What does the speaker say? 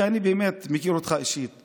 כי אני מכיר אותך אישית,